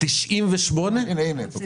ב-98'?